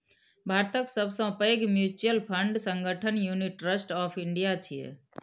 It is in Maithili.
भारतक सबसं पैघ म्यूचुअल फंड संगठन यूनिट ट्रस्ट ऑफ इंडिया छियै